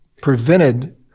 prevented